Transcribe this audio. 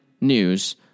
News